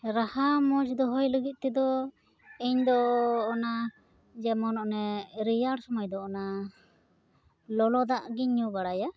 ᱨᱟᱦᱟ ᱢᱚᱡᱽ ᱫᱚᱦᱚᱭ ᱞᱟᱹᱜᱤᱫ ᱛᱮᱫᱚ ᱤᱧᱫᱚ ᱚᱱᱟ ᱡᱮᱢᱚᱱ ᱚᱱᱮ ᱨᱮᱭᱟᱲ ᱥᱚᱢᱚᱭᱫᱚ ᱚᱱᱟ ᱞᱚᱞᱚ ᱫᱟᱜ ᱜᱮᱧ ᱧᱩ ᱵᱟᱲᱟᱭᱟ